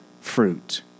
fruit